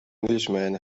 englishman